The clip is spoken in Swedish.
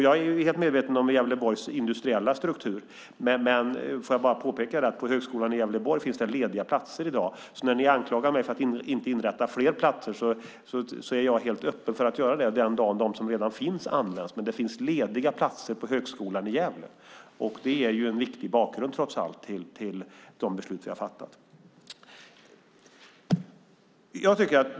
Jag är helt medveten om Gävleborgs industriella struktur, men jag vill bara påpeka att det finns lediga platser på Högskolan i Gävle. Ni anklagar mig för att inte inrätta fler platser, men jag är helt öppen för att göra det den dagen som de som redan finns används. Men det finns lediga platser på Högskolan i Gävle. Det är trots allt en viktig bakgrund till de beslut som vi har fattat.